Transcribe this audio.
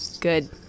Good